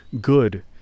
good